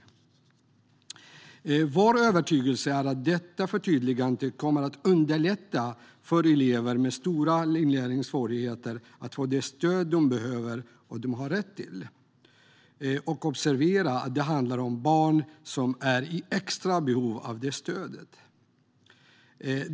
Det är vår övertygelse att detta förtydligande kommer att underlätta för elever med stora inlärningssvårigheter att få det stöd som de behöver och har rätt till. Observera att det handlar om barn och elever som är i extra behov av detta stöd.